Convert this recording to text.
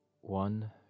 one